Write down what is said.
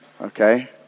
Okay